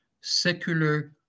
secular